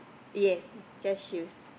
yes just shoes